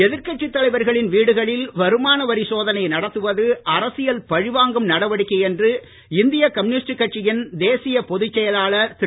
எதிர்கட்சி தலைவர்களின் வீடுகளில் வருமானவரி சோதனை நடத்துவது அரசியல் பழிவாங்கும் நடவடிக்கை என்று கம்யூனிஸ்டு கட்சியின் தேசிய பொதுச் செயலாளர் திரு